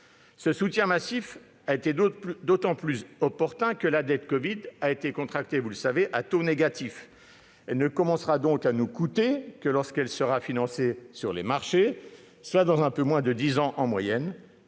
Ce soutien massif a été d'autant plus opportun que la dette covid a été contractée, vous le savez, à taux négatif : elle ne commencera donc à nous coûter que lorsqu'elle sera refinancée sur les marchés, soit dans un peu moins de dix ans en moyenne.